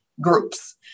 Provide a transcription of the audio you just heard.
groups